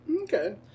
Okay